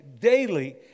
daily